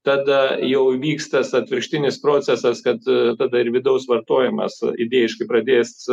tada jau įvyks tas atvirkštinis procesas kad tada ir vidaus vartojimas idėjiškai pradės